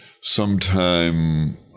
sometime